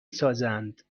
سازند